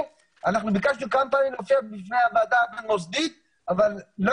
ביקשנו כמה פעמים להופיע בפני הוועדה המוסדית אבל לא